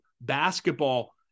basketball